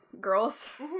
girls